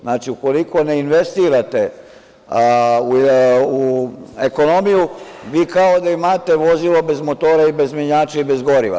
Znači, ukoliko ne investirate u ekonomiju, vi kao da imate vozilo bez motora i bez menjača i bez goriva.